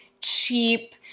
cheap